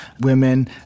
Women